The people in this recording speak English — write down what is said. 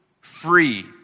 free